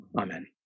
Amen